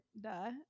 duh